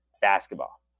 basketball